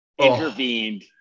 intervened